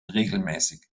regelmäßig